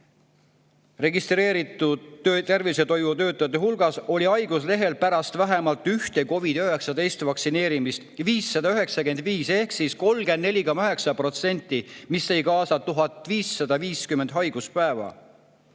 Registreeritud tervishoiutöötajate hulgas oli haiguslehel pärast vähemalt ühte COVID‑19 vaktsineerimist 595 [inimest] ehk 34,9%, mis tõi kaasa 1550 haiguspäeva.